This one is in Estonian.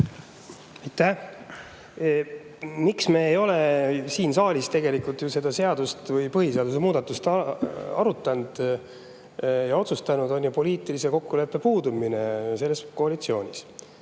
miks me ei ole siin saalis seda seadust või põhiseaduse muudatust arutanud ja otsustanud, on ju poliitilise kokkuleppe puudumine koalitsioonis.